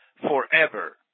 forever